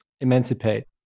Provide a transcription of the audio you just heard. emancipate